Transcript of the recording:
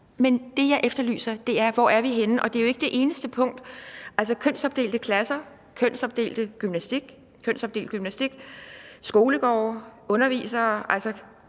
Men det, jeg efterlyser, er, hvor vi er henne. Og det er jo ikke det eneste punkt. Altså, kønsopdelte klasser, kønsopdelt gymnastik, kønsopdelte skolegårde, undervisere – altså